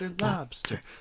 Lobster